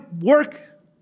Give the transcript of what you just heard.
work